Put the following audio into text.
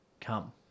come